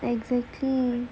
exactly